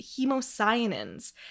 hemocyanins